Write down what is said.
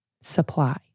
supply